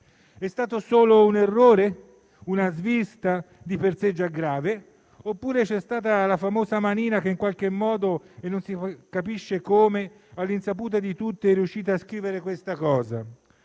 È stato solo un errore, una svista di per sé già grave, oppure c'è stata la famosa manina che in qualche modo - e non si capisce come - all'insaputa di tutti è riuscita a scrivere questa cosa?